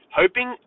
hoping